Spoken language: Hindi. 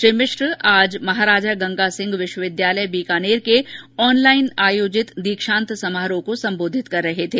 श्री मिश्र आज महाराजा गंगा सिंह विश्वविद्यालय बीकानेर के ऑनलाइन आयोजित दीक्षान्त समारोह में सम्बोधित कर रहे थे